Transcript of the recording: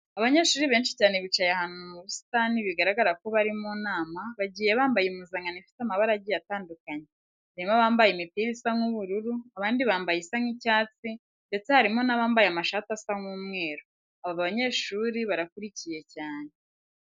Abanyeshuri benshi cyane bicaye ahantu mu busitani bigaragara ko bari mu nama, bagiye bambaye impuzankano ifite amabara agiye atandukanye. Harimo abambaye imipira isa nk'ubururu, abandi bambaye isa nk'icyatsi ndetse harimo n'abambaye amashati asa nk'umweru. Aba banyeshuri barakurikiye cyane.